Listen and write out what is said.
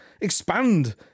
expand